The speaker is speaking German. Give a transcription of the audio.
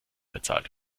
bezahlt